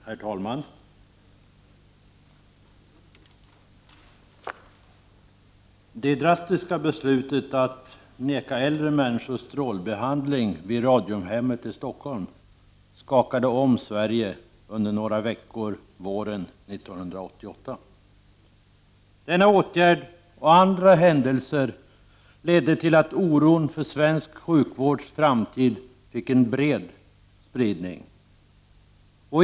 Herr talman! Det drastiska beslutet att neka äldre människor strålbehandling vid radiumhemmet i Stockholm skakade om Sverige under några veckor våren 1988. Denna åtgärd och andra händelser ledde till att oron för svensk sjukvårds framtid fick en bred spridning.